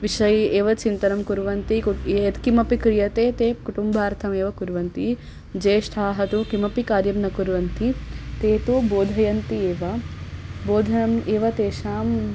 विषये एव चिन्तनं कुर्वन्ति कुट् ये यत्किमपि क्रियते ते कुटुम्बार्थमेव कुर्वन्ति ज्येष्ठाः तु किमपि कार्यं न कुर्वन्ति ते तु बोधयन्ति एव बोधनम् एव तेषाम्